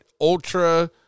ultra